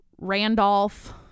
randolph